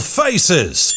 faces